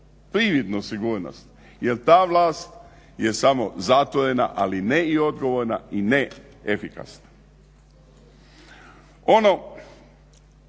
prividnu sigurnost jer ta vlast je samo zatvorena ali ne i odgovorna i ne efikasna.